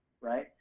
right